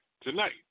tonight